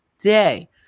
day